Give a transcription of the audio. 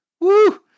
Woo